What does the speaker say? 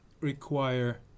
require